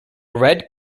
red